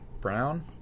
brown